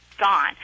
gone